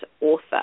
author